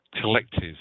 collective